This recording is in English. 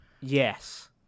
Yes